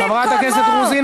חברת הכנסת רוזין, רגע.